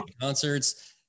concerts